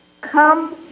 Come